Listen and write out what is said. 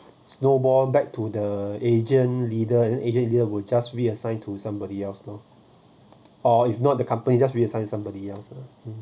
snowball back to the agent leader agent leader will just be assigned to somebody else lor or if not the company just reassign somebody else